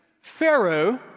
Pharaoh